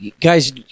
Guys